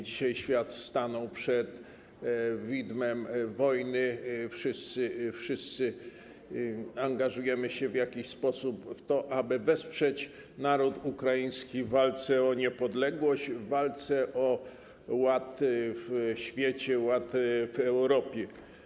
Dzisiaj świat stanął przed widmem wojny, wszyscy angażujemy się w jakiś sposób w to, aby wesprzeć naród ukraiński w walce o niepodległość, w walce o ład w świecie, ład w Europie.